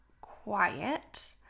quiet